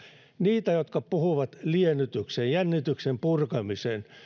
niitä jotka puhuvat liennytyksen jännityksen purkamisen